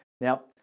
Now